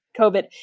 COVID